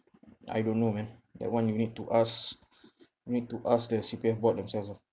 I don't know man that one you need to ask need to ask the C_P_F board themselves ah